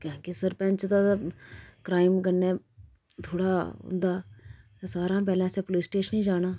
की के सरपैंच दा ते क्राइम कन्नै थोह्ड़ा होंदा ते सारा हां पैह्लें असें पुलिस स्टेशनै जाना